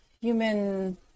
human